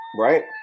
Right